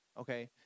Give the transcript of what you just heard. Okay